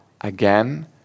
again